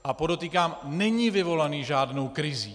A podotýkám, že není vyvolaný žádnou krizí.